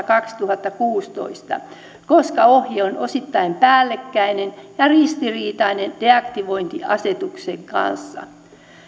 kaksituhattakuusitoista koska ohje on osittain päällekkäinen ja ristiriitainen deaktivointiasetuksen kanssa